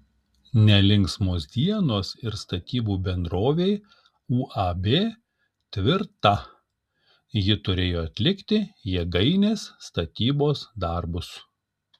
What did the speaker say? nelinksmos dienos ir statybų bendrovei uab tvirta ji turėjo atlikti jėgainės statybos darbus